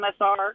MSR